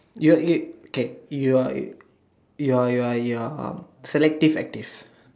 you you okay you are you you are you are you are selective active